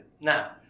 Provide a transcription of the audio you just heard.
now